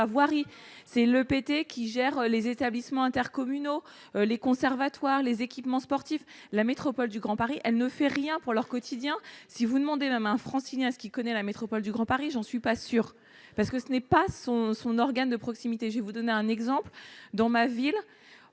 voirie c'est le PT, qui gère les établissements intercommunaux, les conservatoires, les équipements sportifs, la métropole du Grand Paris, elle ne fait rien pour leur quotidien, si vous demandez la main Francilien, ce qui connaît la métropole du Grand Paris, j'en suis pas sûr parce que ce n'est pas son son organe de proximité, je vais vous donner un exemple dans ma ville,